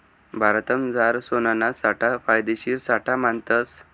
भारतमझार सोनाना साठा फायदेशीर साठा मानतस